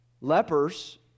Lepers